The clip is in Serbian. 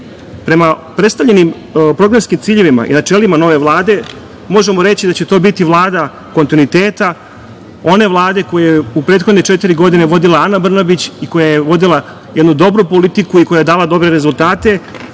predstavljenim programskim ciljevima i načelima nove Vlade, možemo reći da će to biti Vlada kontinuiteta one Vlade koja je u prethodne četiri godine vodila Ana Brnabić i koja je vodila jednu dobru politiku i koja je dala dobre rezultate,